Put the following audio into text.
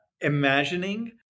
imagining